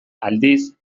aldiz